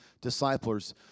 disciples